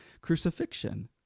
crucifixion